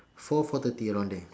four four thirty around there